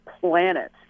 planet